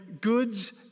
goods